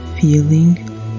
feeling